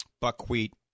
buckwheat